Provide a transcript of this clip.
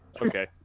Okay